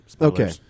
Okay